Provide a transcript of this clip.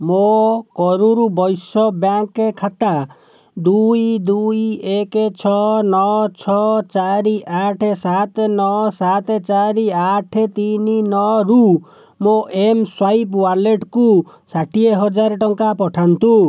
ମୋ କରୂର ବୈଶ୍ୟ ବ୍ୟାଙ୍କ ଖାତା ଦୁଇ ଦୁଇ ଏକ ଛଅ ନଅ ଛଅ ଚାରି ଆଠ ସାତ ନଅ ସାତ ଚାରି ଆଠ ତିନି ନଅରୁ ମୋ ଏମ୍ ସ୍ୱାଇପ୍ ୱାଲେଟ୍କୁ ଷାଠିଏ ହଜାର ଟଙ୍କା ପଠାନ୍ତୁ